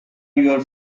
your